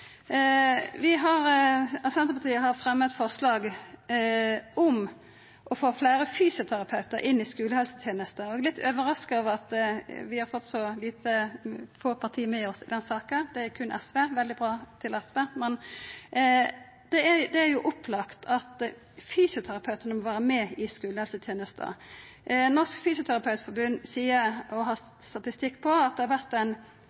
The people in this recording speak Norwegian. Senterpartiet har fremma eit forslag om å få fleire fysioterapeutar inn i skulehelsetenesta, og vi er litt overraska over at vi har fått så få parti med oss i den saka – berre SV, eg vil seia veldig bra til SV. Det er jo opplagt at fysioterapeutane må vera med i skulehelsetenesta. Norsk Fysioterapeutforbund seier, og har statistikk på, at det har vore ein